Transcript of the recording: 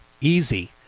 easy